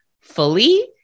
fully